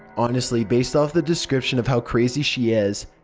honestly, based off the description of how crazy she is,